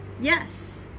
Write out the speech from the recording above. Yes